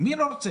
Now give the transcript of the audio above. מי לא רוצה?